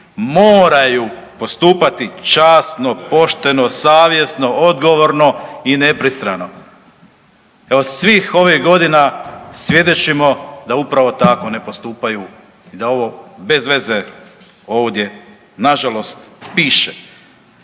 moraju postupati časno, pošteno, savjesno, odgovorno i nepristrano. Evo, svih ovih godina svjedočimo da upravo tako ne postupaju i da ovo bez veze ovdje nažalost piše.